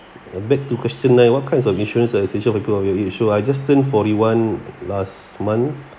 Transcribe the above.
uh back to question nine what kinds of insurance are essential for people of your age I just turned forty one last month